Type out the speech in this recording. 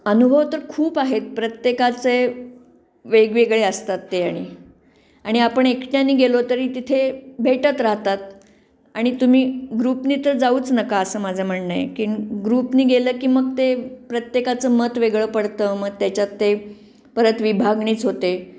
अनुभव तर खूप आहेत प्रत्येकाचे वेगवेगळे असतात ते आणि आणि आपण एकट्याने गेलो तरी तिथे भेटत राहतात आणि तुम्ही ग्रुपने तर जाऊच नका असं माझं म्हणणं आहे की ग्रुपने गेलं की मग ते प्रत्येकाचं मत वेगळं पडतं मग त्याच्यात ते परत विभागणीच होते